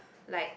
like